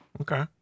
okay